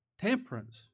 temperance